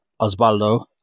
Osvaldo